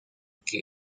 que